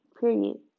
period